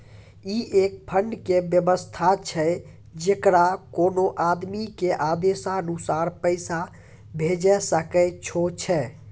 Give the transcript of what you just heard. ई एक फंड के वयवस्था छै जैकरा कोनो आदमी के आदेशानुसार पैसा भेजै सकै छौ छै?